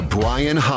Brian